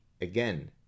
Again